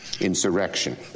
insurrection